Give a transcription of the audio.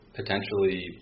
potentially